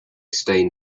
stain